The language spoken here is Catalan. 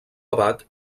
abat